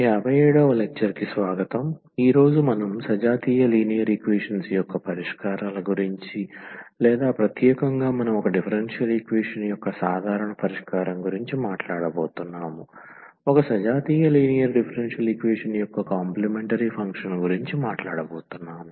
57 వ లెక్చర్ కి స్వాగతం ఈ రోజు మనం సజాతీయ లీనియర్ ఈక్వేషన్స్ యొక్క పరిష్కారాల గురించి లేదా ప్రత్యేకంగా మనం ఒక డిఫరెన్షియల్ ఈక్వేషన్ యొక్క సాధారణ పరిష్కారం గురించి మాట్లాడబోతున్నాము ఒక సజాతీయ లీనియర్ డిఫరెన్షియల్ ఈక్వేషన్ యొక్క కాంప్లిమెంటరీ ఫంక్షన్ గురించి మాట్లాడబోతున్నాము